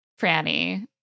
Franny